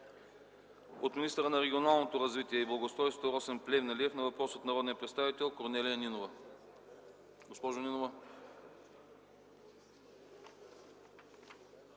от министъра на регионалното развитие и благоустройството Росен Плевнелиев на въпрос от народния представител Корнелия Нинова. Продължаваме